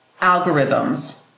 algorithms